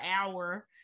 hour